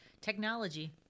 technology